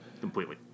completely